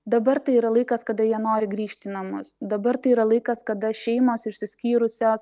dabar tai yra laikas kada jie nori grįžt į namus dabar tai yra laikas kada šeimos išsiskyrusios